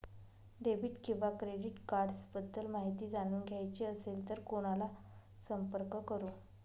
Debit किंवा credit cards बद्दल माहिती जाणून घ्यायची असेल तर कोणाला संपर्क करु?